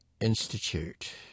Institute